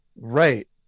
Right